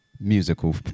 musical